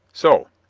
so.